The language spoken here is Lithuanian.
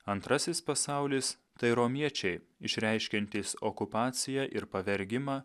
antrasis pasaulis tai romiečiai išreiškiantys okupaciją ir pavergimą